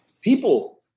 people